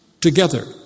together